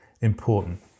important